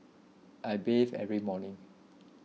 I bathe every morning